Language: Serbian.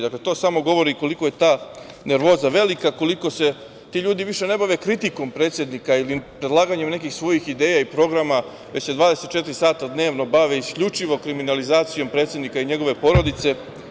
Dakle, to samo govori koliko je ta nervoza velika, koliko se ti ljudi više ne bave kritikom predsednika ili predlaganjem nekih svojih ideja i programa, već se bave 24 sata dnevno isključivo kriminalizacijom predsednika i njegove porodice.